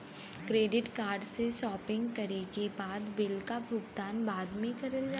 credit card से shopping करे के बाद बिल क भुगतान बाद में करल जाला